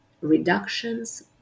reductions